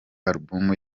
alubumu